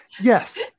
Yes